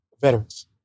Veterans